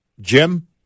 Jim